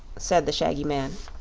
said the shaggy man.